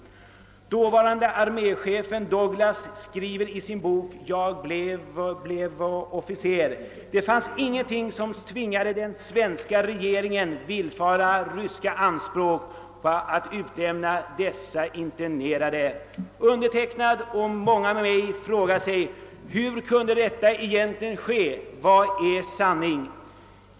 Dåvarande arméchefen A. Douglas skriver i sin bok Jag blev officer: »Det fanns ingenting som tvingade den svenska re geringen villfara ryska anspråk på att utlämna dessa internerade.» Undertecknad och många med mig frågar sig: Vad är sanning?